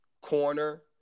corner